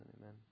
amen